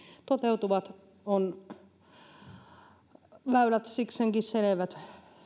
toteutuvat ovat väylät sikseenkin selvät